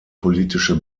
politische